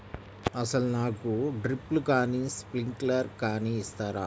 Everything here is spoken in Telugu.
అసలు నాకు డ్రిప్లు కానీ స్ప్రింక్లర్ కానీ ఇస్తారా?